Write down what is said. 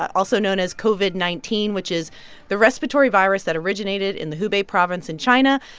also known as covid nineteen, which is the respiratory virus that originated in the hubei province in china,